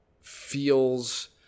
feels –